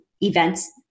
events